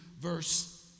verse